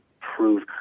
prove